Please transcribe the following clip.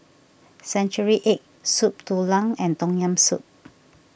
Century Egg Soup Tulang and Tom Yam Soup